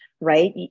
right